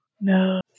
No